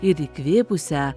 ir įkvėpusią